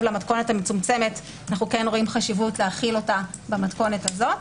למתכונת המצומצמת אנו כן רואים חשיבות להחיל אותה במתכונת הזאת.